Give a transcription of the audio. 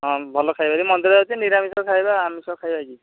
ହଁ ଭଲ ଖାଇବା ଯେ ମନ୍ଦିର ଯାଉଛେ ନିରାମିଷ ଖାଇବା ଆଉ ଆମିଷ ଖାଇବା କି